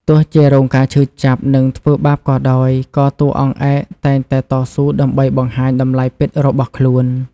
ទោះជារងការឈឺចាប់ និងធ្វើបាបក៏ដោយ ក៏តួអង្គឯកតែងតែតស៊ូដើម្បីបង្ហាញតម្លៃពិតរបស់ខ្លួន។